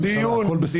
הכול בסדר.